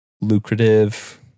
lucrative